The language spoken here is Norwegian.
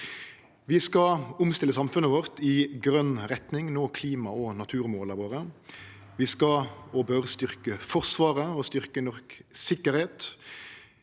Vi skal omstille samfunnet vårt i grøn retning og nå klimaog naturmåla våre. Vi skal og bør styrkje Forsvaret og styrkje norsk sikkerheit.